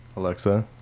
alexa